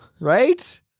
right